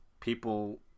people